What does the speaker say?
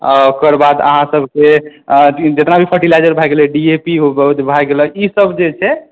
आ ओकर बाद अहाँसभके जेतना भी फर्टिलाइजर भए गेलै डी ए पी भए गेलै ईसभ जे छै